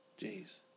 jeez